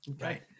Right